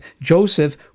Joseph